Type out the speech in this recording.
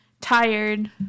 tired